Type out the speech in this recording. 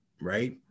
right